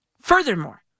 Furthermore